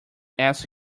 ask